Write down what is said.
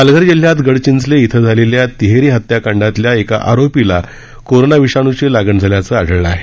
पालघर जिल्ह्यात गडचिंचले इथं झालेल्या तिहेरी हत्याकांडातल्या एका आरोपीला कोरोना विषाणूची लागण झाल्याचं आढळलं आहे